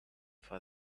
for